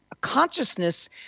consciousness